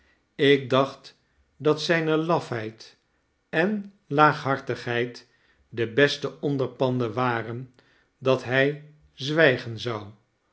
ik dacht dat zijne lafheid en laaghartigheid de beste onderpanden waren dat hij zwijgen zou